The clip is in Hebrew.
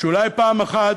שאולי פעם אחת,